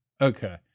Okay